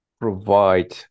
provide